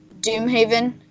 Doomhaven